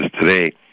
today